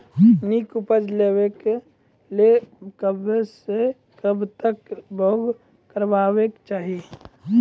नीक उपज लेवाक लेल कबसअ कब तक बौग करबाक चाही?